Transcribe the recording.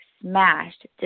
smashed